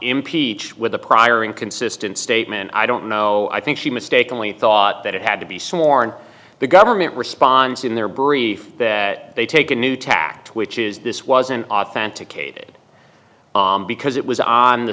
impeach with a prior inconsistent statement i don't know i think she mistakenly thought that it had to be sworn the government response in their brief that they take a new tact which is this wasn't authenticated because it was on the